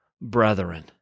brethren